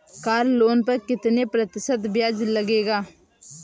Car loan पर कितने प्रतिशत ब्याज लगेगा?